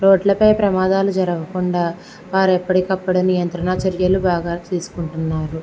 రోడ్లపై ప్రమాదాలు జరగకుండా వారు ఎప్పటికి అప్పుడు నియంత్రణ చర్యలు బాగా తీసుకుంటున్నారు